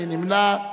מי נמנע?